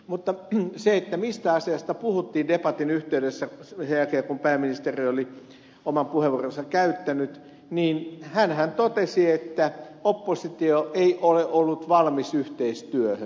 mutta mistä asiasta puhuttiin debatin yhteydessä sen jälkeen kun pääministeri oli oman puheenvuoronsa käyttänyt niin hänhän totesi että oppositio ei ole ollut valmis yhteistyöhön